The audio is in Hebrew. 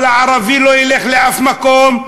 הערבי לא ילך לאף מקום,